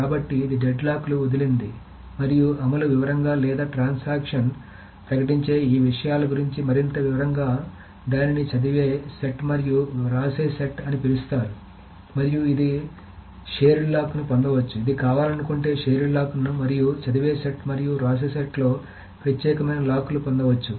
కాబట్టి ఇది డెడ్లాక్లు వదిలింది మరియు అమలు వివరంగా లేదా ప్రతి ట్రాన్సాక్షన్ ప్రకటించే ఈ విషయాల గురించి మరింత వివరంగా దానిని చదివే సెట్ మరియు వ్రాసే సెట్ అని పిలుస్తారు మరియు ఇది షేర్డ్ లాక్లను పొందవచ్చు ఇది కావాలనుకుంటే షేర్డ్ లాక్లను మరియు చదివే సెట్ మరియు వ్రాసే సెట్లో ప్రత్యేకమైన లాక్ లు పొందవచ్చు